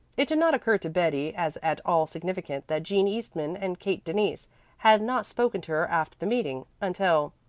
it did not occur to betty as at all significant that jean eastman and kate denise had not spoken to her after the meeting, until,